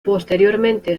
posteriormente